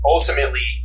Ultimately